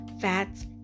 fats